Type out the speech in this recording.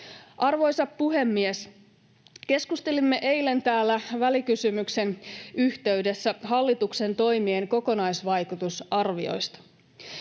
Arvoisa puhemies! Keskustelimme eilen täällä välikysymyksen yhteydessä hallituksen toimien kokonaisvaikutusarvioista.